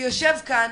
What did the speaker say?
שיושב כאן